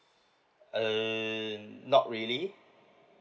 um not really